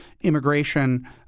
immigration